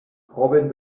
robin